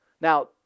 Now